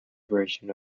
version